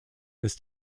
this